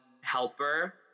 helper